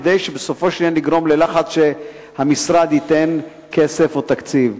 כדי שבסופו של עניין יגרום ללחץ שהמשרד ייתן כסף או תקציב.